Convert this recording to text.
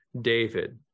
David